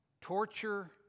torture